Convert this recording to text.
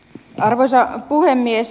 arvoisa puhemies